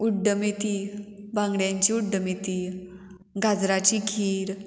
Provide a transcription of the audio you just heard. उड्डमेथी बांगड्यांची उड्डमेथी गाजराची खीर